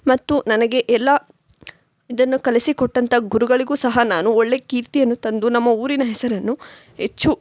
ಮತ್ತು ನನಗೆ ಎಲ್ಲ ಇದನ್ನು ಕಲಿಸಿಕೊಟ್ಟಂಥ ಗುರುಗಳಿಗೂ ಸಹ ನಾನು ಒಳ್ಳೆ ಕೀರ್ತಿಯನ್ನು ತಂದು ನಮ್ಮ ಊರಿನ ಹೆಸರನ್ನು ಹೆಚ್ಚು